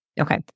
okay